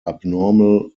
abnormal